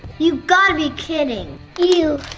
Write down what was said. you've gotta be kidding! ew.